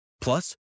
Plus